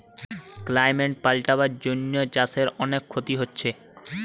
climate পাল্টাবার জন্যে চাষের অনেক ক্ষতি হচ্ছে